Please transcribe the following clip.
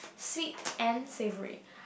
sweet and savoury